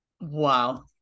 Wow